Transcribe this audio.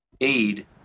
aid